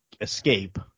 escape